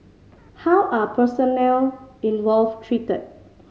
how are personnel involved treated